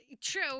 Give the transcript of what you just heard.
true